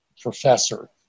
professor